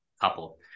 couple